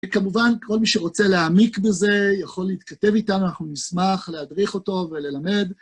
כמובן, כל מי שרוצה להעמיק בזה יכול להתכתב איתנו, אנחנו נשמח להדריך אותו וללמד.